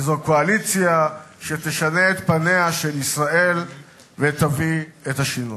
וזו קואליציה שתשנה את פניה של ישראל ותביא את השינוי.